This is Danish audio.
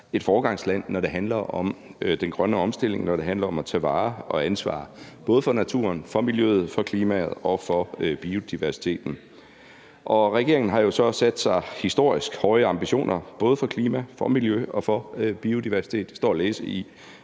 et foregangsland, når det handler om den grønne omstilling, når det handler om at tage vare på og ansvar for både naturen, miljøet, klimaet og biodiversiteten. Regeringen har jo så sat historisk høje ambitioner for både klima, miljø og biodiversitet – det står at læse i